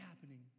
happening